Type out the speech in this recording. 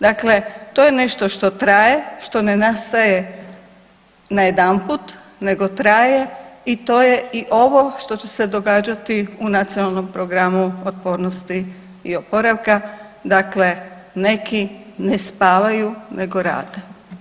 Dakle, to je nešto što traje, što ne nastaje najedanput, nego traje i to je i ovo što će se događati u Nacionalnom programu otpornosti i oporavka dakle neki ne spavaju nego rade.